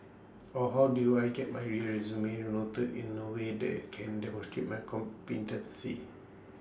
or how do I get my resume noted in A way that can demonstrate my competencies